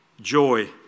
joy